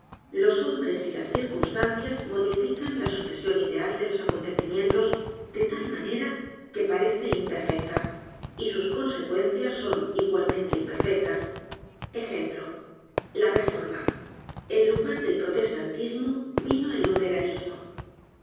los hombres y las circunstancias modifican la sucesión ideal de los acontecimientos de tal manera que parece imperfecta y sus consecuencias son igualmente imperfectas ejemplo la reforma en lugar del protestantismo vino el